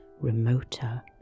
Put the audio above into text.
remoter